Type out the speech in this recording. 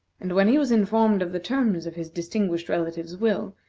and when he was informed of the terms of his distinguished relative's will,